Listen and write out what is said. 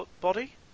body